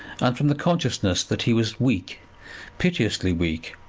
and from the consciousness that he was weak piteously weak,